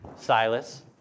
Silas